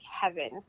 heaven